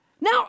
Now